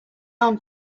arm